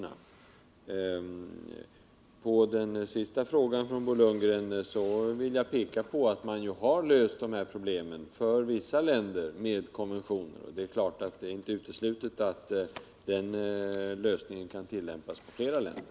Som svar på den sista frågan från Bo Lundgren vill jag peka på att man med konventioner har löst dessa problem för vissa länder. Självfallet är det inte uteslutet att den lösningen kan tillämpas på fler länder.